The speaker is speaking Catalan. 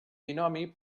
binomi